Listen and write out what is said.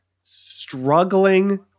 struggling